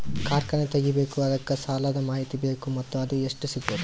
ಕಾರ್ಖಾನೆ ತಗಿಬೇಕು ಅದಕ್ಕ ಸಾಲಾದ ಮಾಹಿತಿ ಬೇಕು ಮತ್ತ ಅದು ಎಷ್ಟು ಸಿಗಬಹುದು?